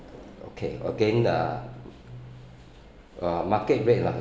okay again uh uh market rate lah